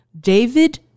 David